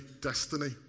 destiny